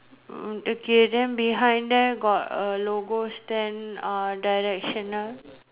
uh okay then behind them got a logo stand uh directional